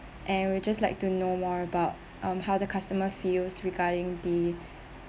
and we just like to know more about um how the customer feels regarding the